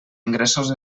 ingressos